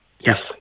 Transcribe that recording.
Yes